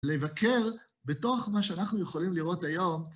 לבקר בתוך מה שאנחנו יכולים לראות היום.